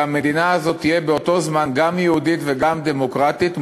המדינה שלנו תהיה באותו זמן גם יהודית וגם דמוקרטית,